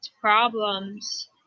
problems